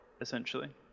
essentially